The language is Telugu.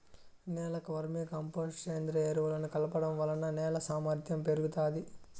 నేలకు వర్మీ కంపోస్టు, సేంద్రీయ ఎరువులను కలపడం వలన నేల సామర్ధ్యం పెరుగుతాది